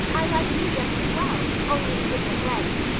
i like you just as well, only in a different way.